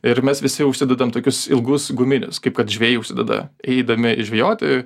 ir mes visi užsidedam tokius ilgus guminius kaip kad žvejai užsideda eidami žvejoti